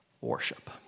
worship